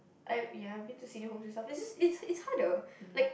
I ya I've been to senior homes and stuff like just it's it's harder like